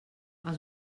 els